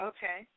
Okay